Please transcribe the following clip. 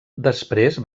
després